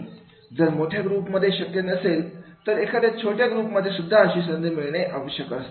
जर मोठ्या ग्रुप मध्ये शक्य नसेल तर एखाद्या छोट्या ग्रुपमध्ये सुद्धा अशी संधी मिळणे आवश्यक असते